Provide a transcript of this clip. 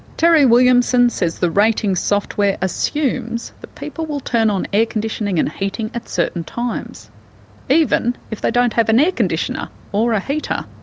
terry williamson says the rating software assumes that people will turn on air conditioning and heating at certain times even if they don't have an air conditioner or a heater.